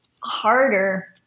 harder